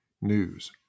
news